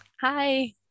Hi